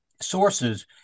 sources